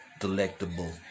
Delectable